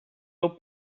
hau